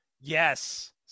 Yes